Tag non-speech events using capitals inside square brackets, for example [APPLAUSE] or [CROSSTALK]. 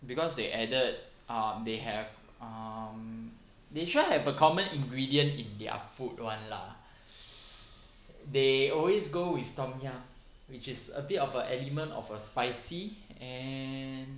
because they added um they have um they sure have a common ingredient in their food [one] lah [BREATH] they always go with tom yum which is a bit of a element of a spicy and